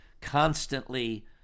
constantly